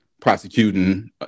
prosecuting